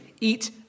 eat